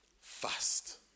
fast